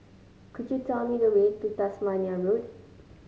could you tell me the way to Tasmania Road